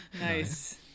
nice